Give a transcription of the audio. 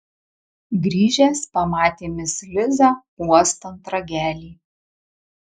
grįžęs pamatė mis lizą uostant ragelį